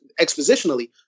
expositionally